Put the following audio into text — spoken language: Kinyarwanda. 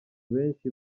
benshi